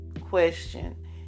question